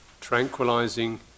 tranquilizing